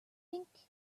think